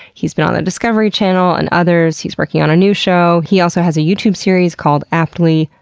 he's been on the discovery channel and others, he's working on a new show. he also has youtube series called, aptly,